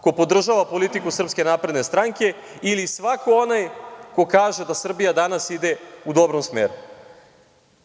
ko podržava politiku SNS ili svako onaj ko kaže da Srbija danas ide u dobrom smeru.